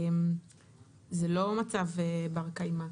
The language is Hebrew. זה לא מצב בר קיימא,